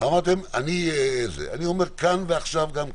אני אומר כאן ועכשיו גם כן: